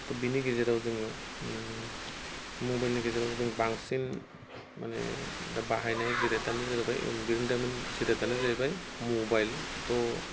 त' बेनि गेजेराव जोङो मबाइलनि गेजेराव जों बांसिन माने दा बाहायनाय जिरातआनो जाहैबाय बिरोंदामिन जिरातआनो जाहैबाय मबाइल त'